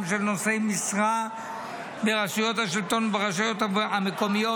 של נושאי משרה ברשויות השלטון וברשויות המקומיות,